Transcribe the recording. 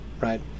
right